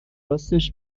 راستش